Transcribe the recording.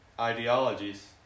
ideologies